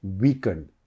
weakened